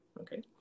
okay